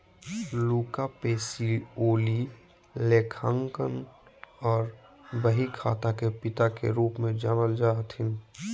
Luca Pacioli लेखांकन आर बहीखाता के पिता के रूप मे जानल जा हथिन